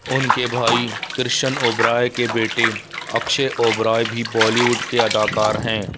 ان کے بھائی کرشن اوبرائے کے بیٹے اکشے اوبرائے بھی بالیوڈ کے اداکار ہیں